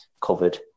covered